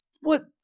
what-